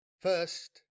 First